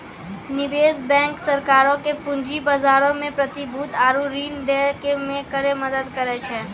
निवेश बैंक सरकारो के पूंजी बजारो मे प्रतिभूति आरु ऋण दै मे करै मदद करै छै